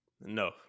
No